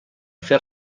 fer